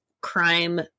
crime